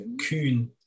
Kühn